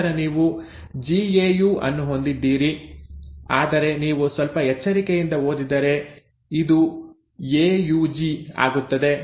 ನಂತರ ನೀವು ಜಿಎಯು ಅನ್ನು ಹೊಂದಿದ್ದೀರಿ ಆದರೆ ನೀವು ಸ್ವಲ್ಪ ಎಚ್ಚರಿಕೆಯಿಂದ ಓದಿದರೆ ಇದು ಎಯುಜಿ ಆಗುತ್ತದೆ